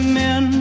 men